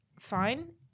fine